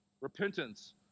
Repentance